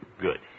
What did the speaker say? Good